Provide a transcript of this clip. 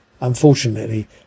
Unfortunately